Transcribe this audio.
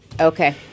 Okay